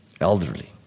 elderly